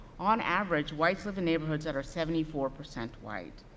on average, whites live in neighborhoods that are seventy four percent white,